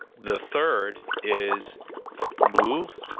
the third is move.